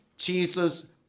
Jesus